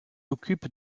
occupe